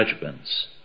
judgments